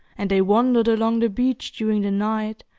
and they wandered along the beach during the night,